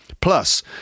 Plus